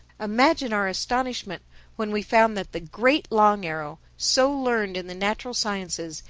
imagine our astonishment when we found that the great long arrow, so learned in the natural sciences,